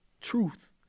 truth